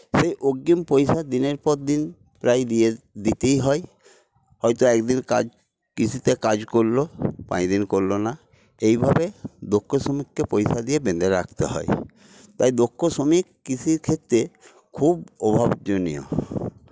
সেই অগ্রিম পয়সা দিনের পর দিন প্রায় দিয়ে দিতেই হয় হয়তো একদিন কাজ কৃষিতে কাজ করল পাঁচদিন করল না এইভাবে দক্ষ শ্রমিককে পয়সা দিয়ে বেঁধে রাখতে হয় তাই দক্ষ শ্রমিক কৃষির ক্ষেত্রে খুব অভাবজনীত